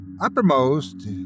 uppermost